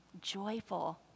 joyful